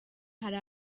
hari